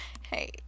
Hey